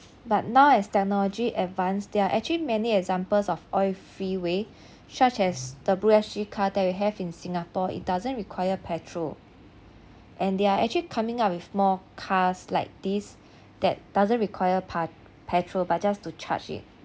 but now as technology advanced there are actually many examples of oil free way such as the BlueSG car that we have in singapore it doesn't require petrol and they are actually coming out with more cars like these that doesn't require part petrol but just to charge it